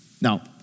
Now